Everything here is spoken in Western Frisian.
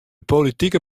politike